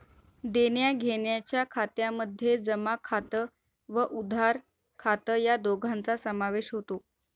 देण्याघेण्याच्या खात्यामध्ये जमा खात व उधार खात या दोघांचा समावेश होतो